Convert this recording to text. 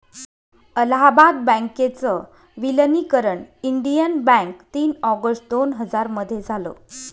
अलाहाबाद बँकेच विलनीकरण Indian Bank तीन ऑगस्ट दोन हजार मध्ये झालं